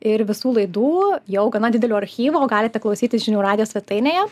ir visų laidų jau gana didelio archyvo galite klausytis žinių radijo svetainėje